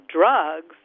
drugs